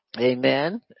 amen